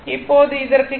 இப்போது இதற்கு கே